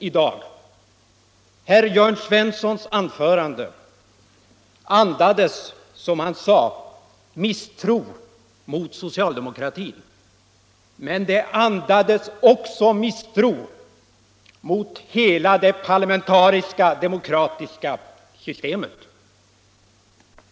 Herr Jörn Svenssons anförande andades, som han sade, misstro mot socialdemokratin, men det andades också misstro mot hela det parlamentariska demokratiska systemet.